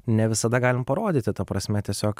ne visada galim parodyti ta prasme tiesiog